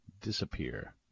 disappear